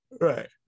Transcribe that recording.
right